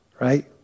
Right